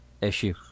issue